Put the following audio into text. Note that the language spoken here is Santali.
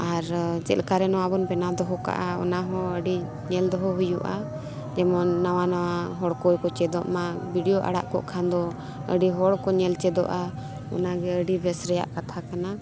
ᱟᱨ ᱪᱮᱫᱞᱮᱠᱟ ᱨᱮ ᱱᱚᱣᱟ ᱵᱚᱱ ᱵᱮᱱᱟᱣ ᱫᱚᱦᱚ ᱠᱟᱜᱼᱟ ᱚᱱᱟ ᱦᱚᱸ ᱟᱹᱰᱤ ᱧᱮᱞ ᱫᱚᱦᱚ ᱦᱩᱭᱩᱜᱼᱟ ᱡᱮᱢᱚᱱ ᱱᱟᱣᱟ ᱱᱟᱣᱟ ᱦᱚᱲ ᱠᱚᱦᱚᱸ ᱠᱚ ᱪᱮᱫᱚᱜ ᱢᱟ ᱵᱷᱤᱰᱭᱳ ᱟᱲᱟᱜ ᱠᱟᱜ ᱠᱷᱟᱱ ᱫᱚ ᱟᱹᱰᱤ ᱦᱚᱲ ᱠᱚ ᱧᱮᱞ ᱪᱮᱫᱚᱜᱼᱟ ᱚᱱᱟ ᱜᱮ ᱟᱹᱰᱤ ᱵᱮᱥ ᱨᱮᱱᱟᱜ ᱠᱟᱛᱷᱟ ᱠᱟᱱᱟ